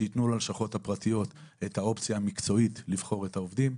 שייתנו ללשכות הפרטיות את האופציה המקצועית לבחור את העובדים,